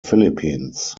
philippines